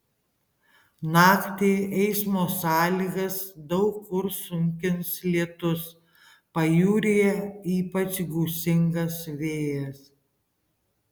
naktį eismo sąlygas daug kur sunkins lietus pajūryje ypač gūsingas vėjas